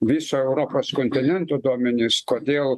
viso europos kontinento duomenis kodėl